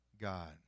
God